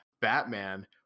Batman